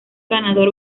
ganador